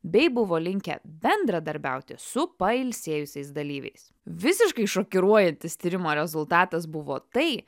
bei buvo linkę bendradarbiauti su pailsėjusiais dalyviais visiškai šokiruojantis tyrimo rezultatas buvo tai